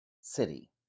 city